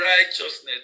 righteousness